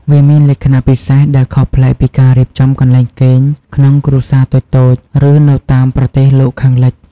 វាមានលក្ខណៈពិសេស ដែលខុសប្លែកពីការរៀបចំកន្លែងគេងក្នុងគ្រួសារតូចៗ ឬនៅតាមប្រទេសលោកខាងលិច។